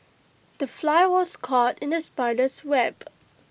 the fly was caught in the spider's web